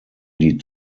die